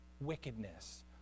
wickedness